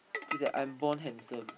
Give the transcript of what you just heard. is that I'm born handsome